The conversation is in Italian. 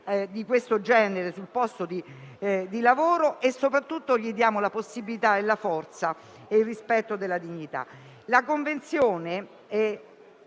di questo genere sul posto di lavoro e soprattutto diamo loro la possibilità e la forza del rispetto della dignità. La Convenzione